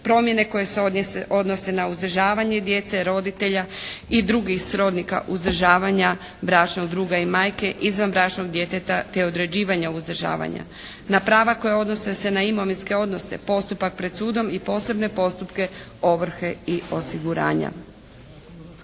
promjene koje se odnose na uzdržavanje djece, roditelja i drugih srodnika uzdržavanja, bračnog druga i majke, izvanbračnog djeteta te određivanja uzdržavanja. Na prava koja odnose se na imovinske odnose, postupak pred sudom i posebne postupke ovrhe i osiguranja.